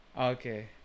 Okay